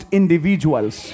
individuals